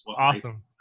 Awesome